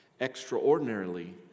extraordinarily